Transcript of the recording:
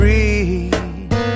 Breathe